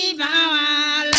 da